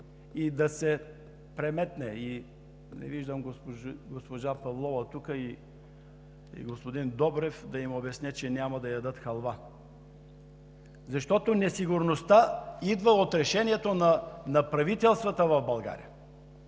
и да се преметне – не виждам тук госпожа Павлова и господин Добрев, за да им обясня, че няма да ядат халва, защото несигурността идва от решението на правителствата в България.